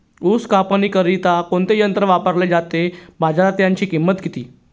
ऊस कापणीकरिता कोणते यंत्र वापरले जाते? बाजारात त्याची किंमत किती?